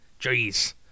Jeez